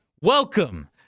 welcome